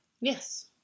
Yes